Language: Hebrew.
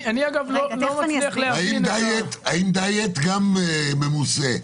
האם דיאט גם ממוסה?